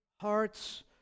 hearts